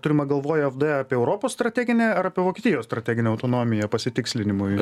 turima galvoj afd apie europos strateginę ar apie vokietijos strateginę autonomiją pasitikslinimui